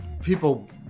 people